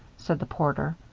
said the porter.